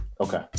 Okay